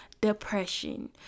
depression